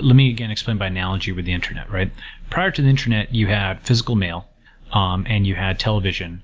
let me again explain by analogy with the internet. prior to the internet, you have physical mail um and you had television,